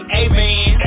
amen